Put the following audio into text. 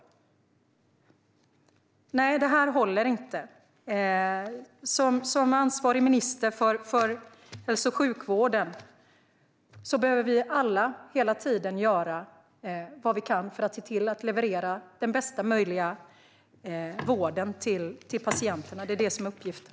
Nej, detta håller inte. Som ansvariga politiker för hälso och sjukvården behöver vi alla hela tiden göra vad vi kan för att leverera den bästa möjliga vården till patienterna. Det är det som är uppgiften.